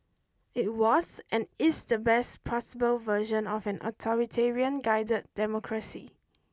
it was and is the best possible version of an authoritarian guided democracy